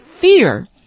fear